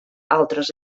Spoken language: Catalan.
altres